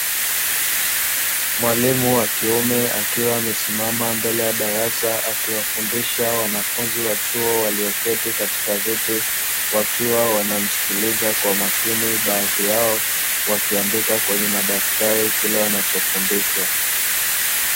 Mwalimu wa kiume, akiwa amesimama mbele ya darasa akiwafundisha wanafunzi wa chuo walioketi katika viti, wakiwa wanamsikiliza kwa makini, baadhi yao wakiandika kwenye madaftari kile wanachofundishwa.